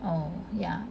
oh yeah